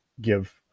give